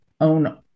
own